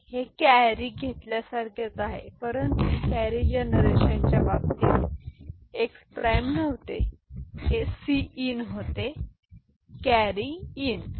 हे वाहून नेण्यासारखेच आहे परंतु कॅरी जनरेशनच्या बाबतीत हे x प्राइम नव्हते हे सी इन होते कॅरी इन ठीक आहे